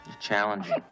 challenging